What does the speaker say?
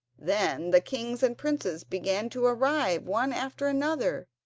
then the kings and princes began to arrive one after another,